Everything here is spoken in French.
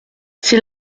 c’est